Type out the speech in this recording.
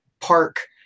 park